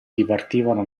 dipartivano